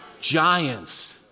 giants